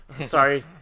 sorry